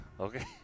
Okay